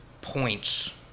points